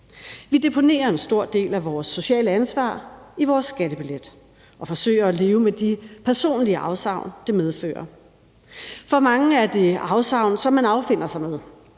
Vi deponerer en stor del af vores sociale ansvar i vores skattebillet og forsøger at leve med de personlige afsavn, det medfører. For mange er det afsavn, som man affinder sig med.